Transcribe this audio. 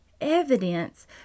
evidence